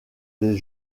des